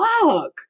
fuck